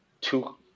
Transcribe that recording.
two